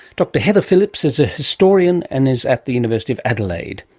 dr heather phillips is a historian and is at the university of adelaide,